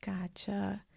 Gotcha